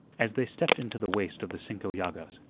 as they stepped into the waist of the cinco llagas,